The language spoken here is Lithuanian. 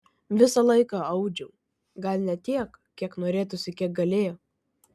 visą laiką audžiau gal ne tiek kiek norėtųsi kiek galėjau